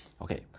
okay